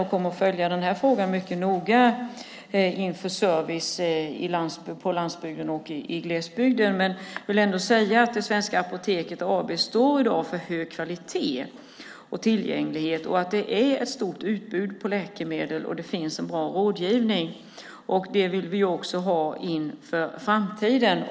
Jag kommer att följa den här frågan mycket noga när det gäller service på landsbygden och i glesbygden. Men jag vill ändå säga att svenska Apoteket AB i dag står för hög kvalitet och tillgänglighet och att det är ett stort utbud av läkemedel, och det finns en bra rådgivning. Det vill vi också ha inför framtiden.